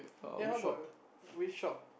then how about your we shop